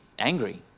angry